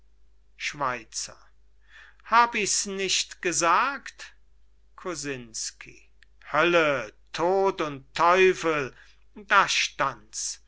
schweizer hab ich's nicht gesagt kosinsky hölle tod und teufel da stands